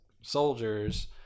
soldiers